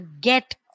get